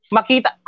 Makita